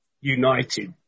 United